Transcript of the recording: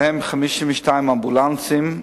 בהם 52 אמבולנסים,